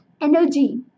energy